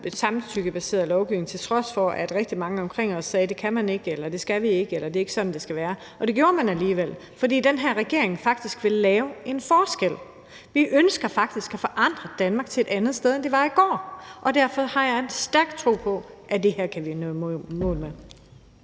samtykkebaseret lovgivning, til trods for at rigtig mange omkring os sagde, at det kan man ikke, eller at det skal vi ikke, eller at det ikke er sådan, det skal være. Man gjorde det alligevel, fordi den her regering faktisk vil gøre en forskel. Den ønsker faktisk at forandre Danmark til at være et andet sted, end det var i går, og derfor har jeg en stærk tro på, at vi kan nå i mål med